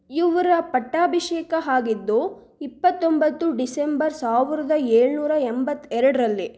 ಇವರ ಪಟ್ಟಾಭಿಷೇಕ ಆಗಿದ್ದು ಇಪ್ಪತ್ತೊಂಬತ್ತು ಡಿಸೆಂಬರ್ ಸಾವಿರದ ಏಳುನೂರ ಎಂಬತ್ತ ಎರಡರಲ್ಲಿ